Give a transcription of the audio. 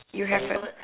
you have a